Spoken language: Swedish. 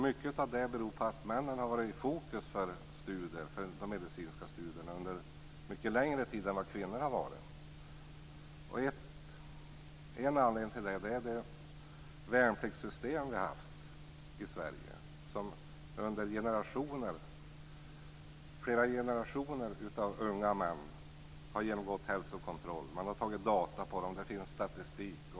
Mycket av det beror på att männen har varit i fokus för de medicinska studierna under mycket längre tid än kvinnorna. En anledning till detta är det värnpliktssystem vi har haft i Sverige, där flera generationer av unga män har genomgått hälsokontroll. Man har tagit data på dem. Det finns statistik.